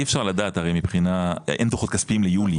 אי אפשר לדעת הרי מבחינה אין דוחות כספיים ליולי,